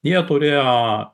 jie turėjo